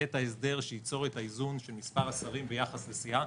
את ההסדר שייצור את האיזון של מספר השרים ביחס לסיעה.